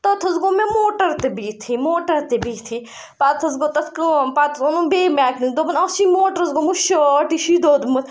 تَتھ حظ گوٚو مےٚ موٹَر تہِ بِہتھٕے موٹَر تہِ بِہتھٕے پَتہٕ حظ گوٚو تَتھ کٲم پَتہٕ اوٚنُم بیٚیہِ میٚکنِک دوٚپُن اَتھ چھی موٹرَس گوٚمُت شاٹ تہٕ یہِ چھی دوٚدمُت